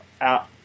out